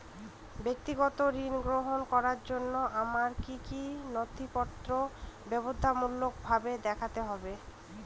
ব্যক্তিগত ঋণ গ্রহণ করার জন্য আমায় কি কী নথিপত্র বাধ্যতামূলকভাবে দেখাতে হবে?